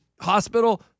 Hospital